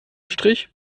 strich